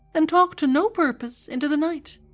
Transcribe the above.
and talked to no purpose into the night.